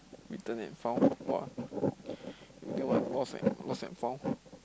return and found !wah! lost and lost and found